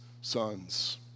sons